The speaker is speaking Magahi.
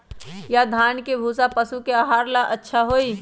या धान के भूसा पशु के आहार ला अच्छा होई?